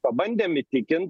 pabandėm įtikint